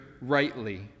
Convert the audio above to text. rightly